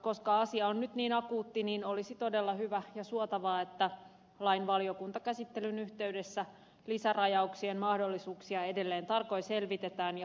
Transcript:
koska asia on nyt niin akuutti niin olisi todella hyvä ja suotavaa että lain valiokuntakäsittelyn yhteydessä lisärajauksien mahdollisuuksia edelleen tarkoin selvitetään ja harkitaan